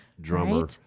drummer